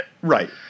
Right